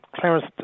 Clarence